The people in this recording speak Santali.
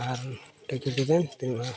ᱟᱨ ᱵᱮᱱ ᱛᱤᱱᱟᱹᱜ ᱵᱷᱟᱲᱟ